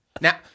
Now